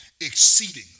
Exceedingly